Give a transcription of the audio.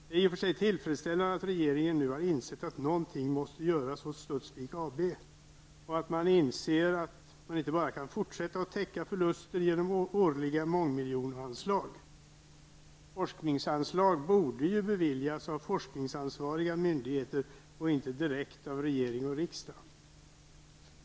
Det är i och för sig tillfredsställande att regeringen nu insett att någonting bör göras åt Studsvik AB och att man inte bara kan fortsätta att täcka förlusterna genom årliga mångmiljonanslag. Forskningsanslag borde ju beviljas av forskningsansvariga myndigheter och ej direkt av riksdag och regering.